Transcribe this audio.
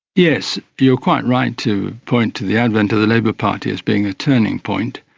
yes, you are quite right to point to the advent of the labor party as being a turning point,